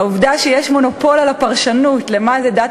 העובדה שיש מונופול על הפרשנות למה זה דת